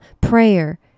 prayer